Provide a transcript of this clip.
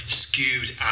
skewed